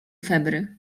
febry